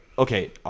Okay